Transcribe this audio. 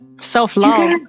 Self-love